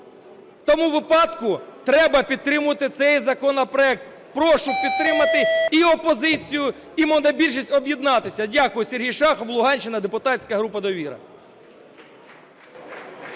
тому випадку треба підтримувати цей законопроект. Прошу підтримати, опозицію і монобільшість об'єднатися. Дякую. Сергій Шахов, Луганщина, депутатська група "Довіра".